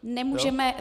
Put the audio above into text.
Nemůžeme.